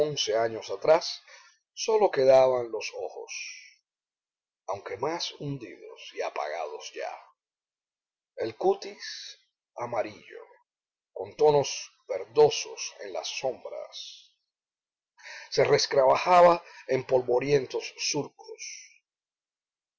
once años atrás sólo quedaban los ojos aunque más hundidos y apagados ya el cutis amarillo con tonos verdosos en las sombras se resquebrajaba en polvorientos surcos